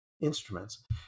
instruments